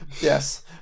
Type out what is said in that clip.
Yes